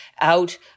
out